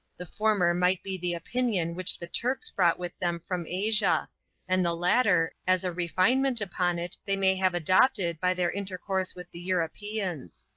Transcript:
the former might be the opinion which the turks brought with them from asia and the latter, as a refinement upon it they may have adopted by their intercourse with the europeans.